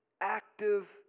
active